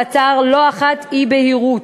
ויצר לא אחת אי-בהירות.